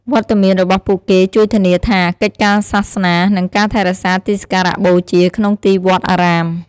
វត្តមានរបស់ពួកគេជួយធានាថា កិច្ចការសាសនា និងការថែរក្សាទីសក្ការបូជាក្នុងទីវត្តអារាម។